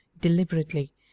deliberately